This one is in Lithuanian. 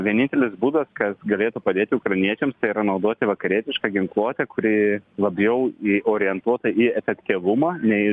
vienintelis būdas kas galėtų padėti ukrainiečiams tai yra naudoti vakarietišką ginkluotę kuri labiau orientuota į efektyvumą nei